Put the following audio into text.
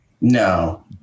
No